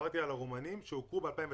דיברתי על הרומנים שהוכרו ב-2019.